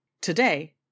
Today